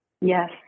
Yes